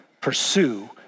pursue